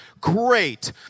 Great